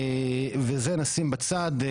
ואת זה נשים בצד.